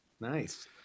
Nice